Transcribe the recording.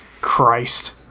Christ